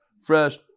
fresh